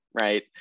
right